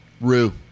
Rue